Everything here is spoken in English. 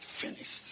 finished